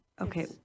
Okay